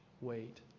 wait